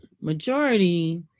majority